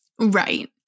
Right